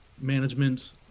management